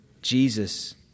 Jesus